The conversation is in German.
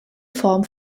form